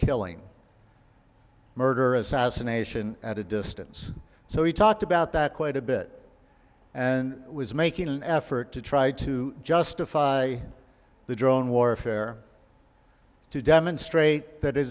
killing murder assassination at a distance so he talked about that quite a bit and was making an effort to try to justify the drone warfare to demonstrate that i